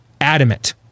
adamant